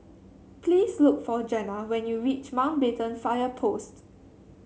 please look for Jenna when you reach Mountbatten Fire Post